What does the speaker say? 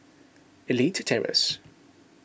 Elite Terrace